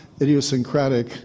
idiosyncratic